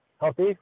healthy